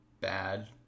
bad